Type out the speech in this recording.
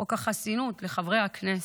חוק החסינות לחברי הכנסת.